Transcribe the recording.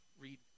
read